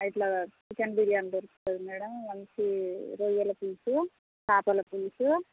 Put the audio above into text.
ఇలా చికెన్ బిర్యానీ దొరుకుతుంది మేడం మంచి రొయ్యల పులుసు చేపల పులుసు